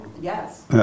Yes